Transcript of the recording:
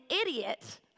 idiot